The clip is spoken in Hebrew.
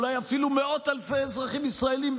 אולי אפילו ממאות אלפי אזרחים ישראלים,